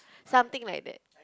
something like that